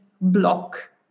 block